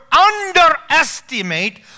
underestimate